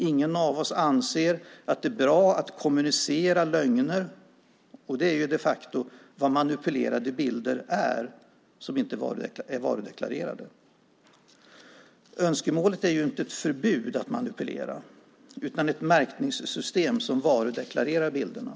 Ingen av oss anser att det är bra att kommunicera lögner. Det är de facto vad manipulerade bilder innebär, det vill säga de är inte varudeklarerade. Önskemålet är inte ett förbud mot att manipulera utan ett märkningssystem som varudeklarerar bilderna.